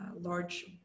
large